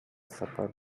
supper